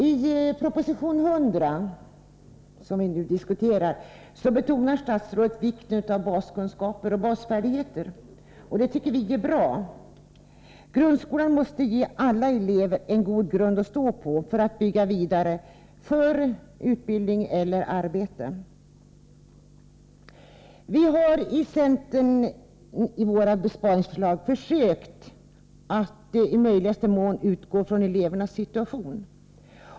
I proposition 100, som vi nu diskuterar, betonar statsrådet vikten av baskunskaper och basfärdigheter. Det tycker vi är bra. Grundskolan måste ge alla elever god grund att stå på så att de kan bygga vidare med utbildning eller arbete. I centerns besparingsförslag har vi försökt att i möjligaste mån utgå från elevernas situation.